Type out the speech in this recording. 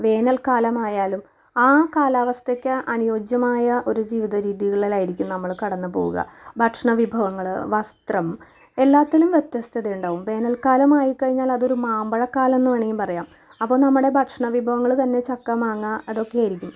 വേനൽക്കാലമായാലും ആ കാലാവസ്ഥയ്ക്ക് അനുയോജ്യമായ ഒരു ജീവിത രീതികളിലായിരിക്കും നമ്മൾ കടന്ന് പോവുക ഭക്ഷണ വിഭവങ്ങൾ വസ്ത്രം എല്ലാത്തിലും വ്യത്യസ്തത ഉണ്ടാവും വേനൽക്കാലം ആയിക്കഴിഞ്ഞാൽ അതൊരു മാമ്പഴക്കാലം എന്ന് വേണമെങ്കിൽ പറയാം അപ്പം നമ്മുടെ ഭക്ഷണ വിഭവങ്ങൾ തന്നെ ചക്ക മാങ്ങാ അതൊക്കെ ആയിരിക്കും